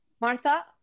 Martha